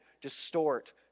distort